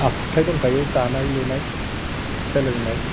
आखुथाइ दंखायो दानाय लुनाय सोलोंनाय